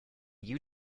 you